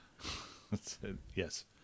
Yes